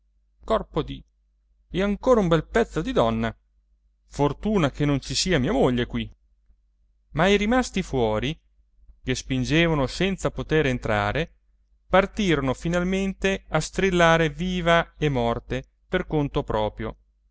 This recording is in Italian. sé corpo di è ancora un bel pezzo di donna fortuna che non ci sia mia moglie qui ma i rimasti fuori che spingevano senza poter entrare partirono finalmente a strillare viva e morte per conto proprio